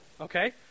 okay